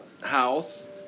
House